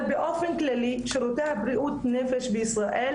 אבל באופן כללי שירותי בריאות נפש בישראל